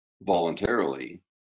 voluntarily